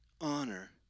Honor